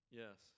yes